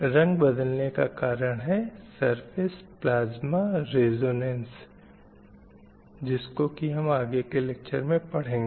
रंग बदलने का कारण है सरफ़ेस प्लाज़्मा रेज़ॉनन्स जिसको की हम आगे के लेक्चर में पढ़ेंगे